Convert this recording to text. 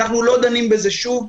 אנחנו לא דנים בזה שוב.